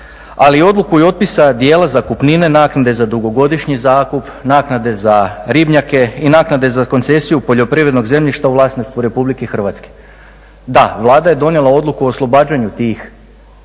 i odluku otpisa dijela zakupnine naknade za dugogodišnji zakup, naknade za ribnjake i naknade za koncesiju poljoprivrednog zemljišta u vlasništvu Republike Hrvatske. Da, Vlada je donijela odluku o oslobađanju tih